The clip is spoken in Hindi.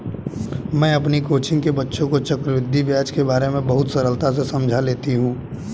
मैं अपनी कोचिंग के बच्चों को चक्रवृद्धि ब्याज के बारे में बहुत सरलता से समझा लेती हूं